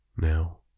Now